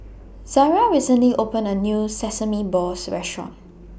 Zariah recently opened A New Sesame Balls Restaurant